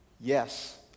yes